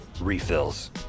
Refills